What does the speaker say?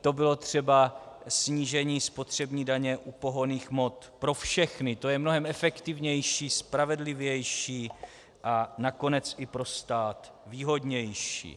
To bylo třeba snížení spotřební daně pohonných hmot pro všechny, to je mnohem efektivnější, spravedlivější a nakonec i pro stát výhodnější.